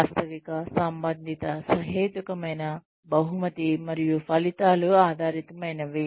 వాస్తవిక సంబంధిత సహేతుకమైన బహుమతి మరియు ఫలితాలు ఆధారితమైనవి